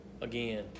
again